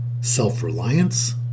self-reliance